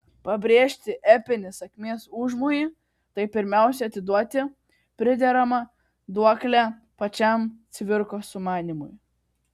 pabrėžti epinį sakmės užmojį tai pirmiausia atiduoti prideramą duoklę pačiam cvirkos sumanymui